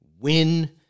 win